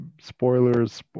spoilers